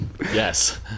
yes